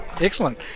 Excellent